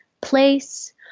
place